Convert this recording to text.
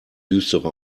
düstere